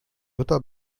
jutta